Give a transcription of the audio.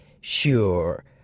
Sure